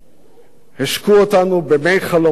השקו אותנו במי חלומות מתוקים,